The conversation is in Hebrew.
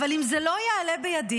אבל אם זה לא יעלה בידי,